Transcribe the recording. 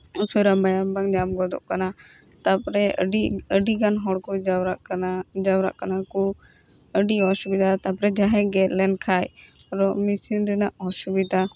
ᱩᱥᱟᱹᱨᱟ ᱢᱟᱭᱟᱢ ᱵᱟᱝ ᱧᱟᱢ ᱜᱚᱫᱚᱜ ᱠᱟᱱᱟ ᱛᱟᱯᱚᱨᱮ ᱟᱹᱰᱤ ᱟᱹᱰᱤ ᱜᱟᱱ ᱦᱚᱲ ᱠᱚ ᱡᱟᱣᱨᱟᱜ ᱠᱟᱱᱟ ᱡᱟᱣᱨᱟᱜ ᱠᱟᱱᱟ ᱠᱚ ᱟᱹᱰᱤ ᱚᱥᱩᱵᱤᱫᱟ ᱛᱟᱯᱚᱨᱮ ᱡᱟᱦᱟᱭ ᱜᱮᱫᱽ ᱞᱮᱱᱠᱷᱟᱡ ᱨᱚᱜ ᱢᱤᱥᱤᱱ ᱨᱮᱱᱟᱜ ᱚᱥᱩᱵᱤᱫᱟ